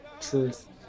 Truth